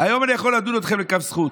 היום אני יכול לדון אתכם לכף זכות.